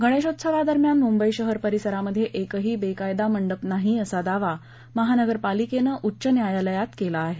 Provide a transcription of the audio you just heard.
गणेशोत्सवादरम्यान मुंबई शहर परिसरामध्ये एकही बेकायदा मंडप नाही असा दावा महानगरपालिकेनं उच्च न्यायालयात केला आहे